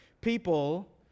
people